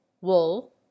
wool